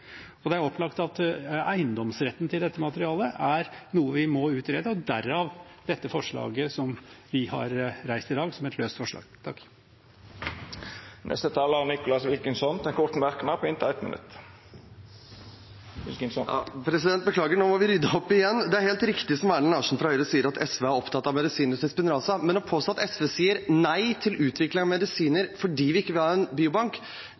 Det er opplagt at eiendomsretten til dette materialet er noe vi må utrede, og derav det forslaget som vi – Høyre, Fremskrittspartiet og Venstre – har fremmet i dag, som et løst forslag. Representanten Nicholas Wilkinson har hatt ordet to gonger tidlegare og får ordet til ein kort merknad, avgrensa til 1 minutt. Beklager, nå må vi rydde opp igjen. Det er helt riktig som Erlend Larsen fra Høyre sier, at SV er opptatt av medisiner som Spinraza, men å påstå at SV sier nei til utvikling av medisiner fordi vi ikke vil ha en